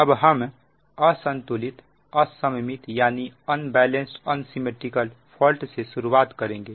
अब हम असंतुलित असममित फॉल्ट से शुरुआत करेंगे